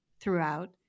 throughout